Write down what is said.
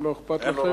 אם לא אכפת לכם.